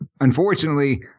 unfortunately